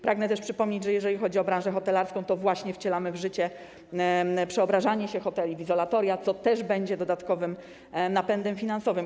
Pragnę też przypomnieć, że jeżeli chodzi o branżę hotelarską, to właśnie wcielamy w życie przeobrażanie się hoteli w izolatoria, co będzie dodatkowym napędem finansowym.